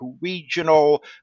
regional